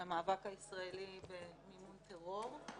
למאבק הישראלי במימון טרור.